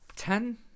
Ten